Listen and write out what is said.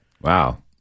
Wow